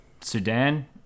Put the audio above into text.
Sudan